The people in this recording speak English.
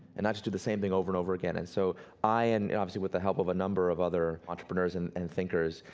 and not just do the same thing over and over again. and so i, and obviously with the help of a number of other entrepreneurs and and thinkers,